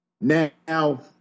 Now